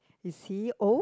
is he old